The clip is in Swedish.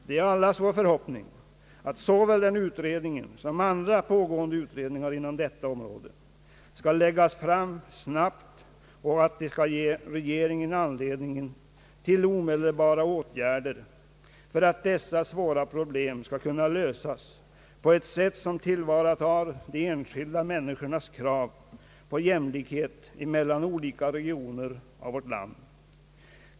Det är allas vår förhoppning att såväl den som andra pågående utredningar inom detta område skall läggas fram snabbt och att de skall ge regeringen anledning till omedelbara åtgärder för att dessa svåra problem skall kunna lösas på ett sätt som tillvaratar de enskilda människornas krav på jämlikhet mellan olika regioner av vårt land.